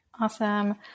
Awesome